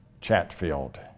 Chatfield